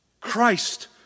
Christ